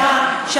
נו, באמת.